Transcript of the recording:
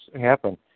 happen